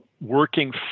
working